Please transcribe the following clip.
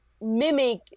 mimic